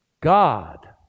God